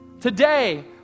today